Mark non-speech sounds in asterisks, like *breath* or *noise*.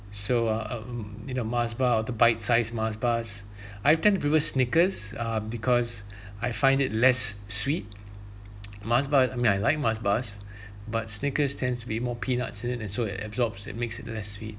so uh um you know mars bar the bite size mars bars *breath* I tend to prefer snickers uh because *breath* I find it less sweet *noise* mars bar I mean I like mars bar *breath* but snickers tends to be more peanuts isn't it and so it absorbs and makes it less sweet